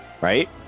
right